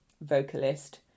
vocalist